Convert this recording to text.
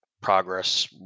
progress